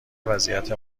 وضعیت